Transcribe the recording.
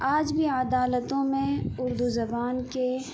آج بھی عدالتوں میں اردو زبان کے